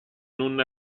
non